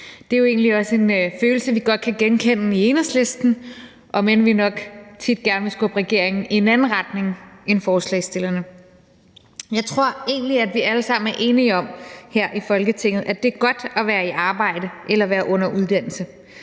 Det er jo en følelse, vi godt kan genkende i Enhedslisten, om end vi nok tit gerne vil skubbe regeringen i en anden retning end forslagsstillerne. Jeg tror egentlig, at vi alle sammen er enige om her i Folketinget, at det er godt at være i arbejde eller være under uddannelse,